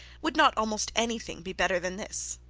would not almost anything be better than this?